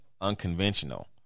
unconventional